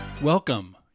Welcome